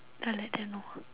don't let them know